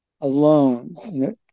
alone